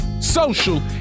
social